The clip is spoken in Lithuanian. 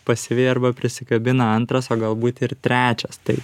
pasyvi arba prisikabina antras o galbūt ir trečias tai